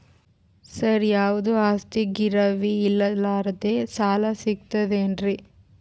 ಸರ, ಯಾವುದು ಆಸ್ತಿ ಗಿರವಿ ಇಡಲಾರದೆ ಸಾಲಾ ಸಿಗ್ತದೇನ್ರಿ?